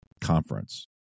conference